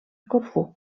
corfú